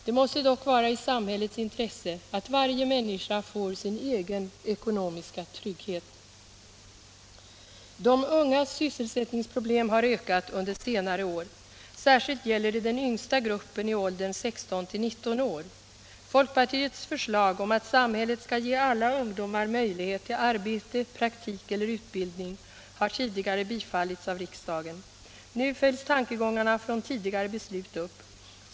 Det måste dock vara i samhällets intresse att varje människa Samordnad får sin egen ekonomiska trygghet. sysselsättnings och De ungas sysselsättningsproblem har ökat under senare år. Särskilt gäller — regionalpolitik det den yngsta gruppen i åldern 16-19 år. Folkpartiets förslag att samhället skall ge alla ungdomar möjlighet till arbete, praktik eller utbildning har tidigare bifallits av riksdagen. Nu följs tankegångarna från tidigare beslut upp.